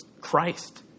Christ